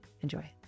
Enjoy